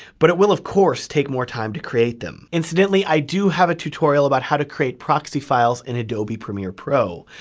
but it will, of course, take more time to create them. incidentally, i do have a tutorial about how to create proxy files in adobe premiere pro.